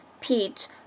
Pete